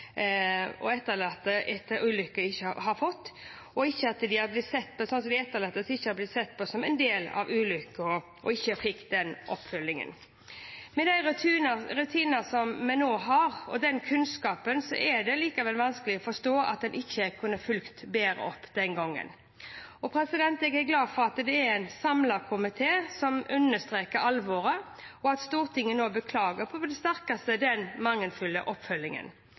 har fått, og at de etterlatte ikke har blitt sett på som en del av ulykken og derav ikke fått oppfølging. Med de rutiner og den kunnskapen vi nå har, er det likevel vanskelig å forstå at en ikke kunne fulgt bedre opp den gangen. Jeg er glad for at det er en samlet komité som understreker alvoret, og at Stortinget nå på det sterkeste beklager den mangelfulle oppfølgingen.